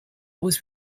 was